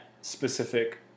specific